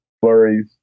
flurries